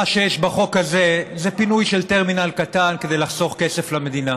מה שיש בחוק הזה זה פינוי של טרמינל קטן כדי לחסוך כסף למדינה.